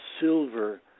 silver